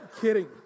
Kidding